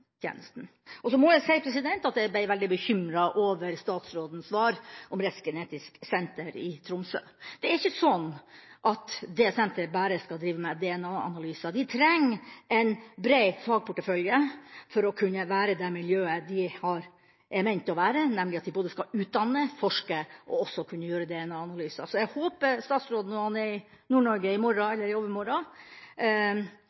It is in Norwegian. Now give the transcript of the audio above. Så må jeg si at jeg ble veldig bekymret over statsrådens svar om Rettsgenetisk senter i Tromsø. Det er ikke sånn at det senteret bare skal drive med DNA-analyser. De trenger en bred fagportefølje for å kunne være det miljøet de er ment å være, nemlig at de både skal kunne utdanne, forske og også kunne gjøre DNA-analyser. Så jeg håper at statsråden, når han er i Nord-Norge i morgen